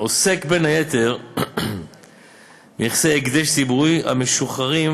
עוסק בין היתר בנכסי הקדש ציבורי המשוחררים